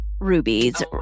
rubies